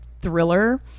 thriller